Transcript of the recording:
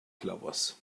clovers